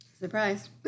Surprise